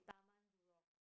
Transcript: Taman-Jurong